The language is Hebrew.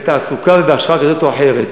בתעסוקה או בהכשרה כזאת או אחרת,